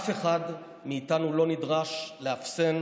אף אחד מאיתנו לא נדרש לאפסן